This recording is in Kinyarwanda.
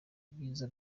ibyiza